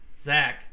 Zach